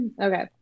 Okay